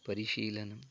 परिशीलनम्